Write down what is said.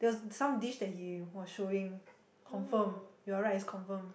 there was some dish that he was showing confirm you are right it's confirm